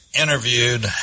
interviewed